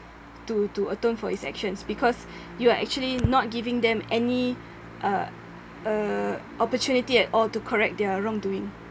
to to atone for his actions because you are actually not giving them any uh uh opportunity at all to correct their wrong doing